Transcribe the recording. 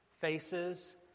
faces